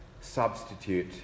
substitute